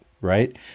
right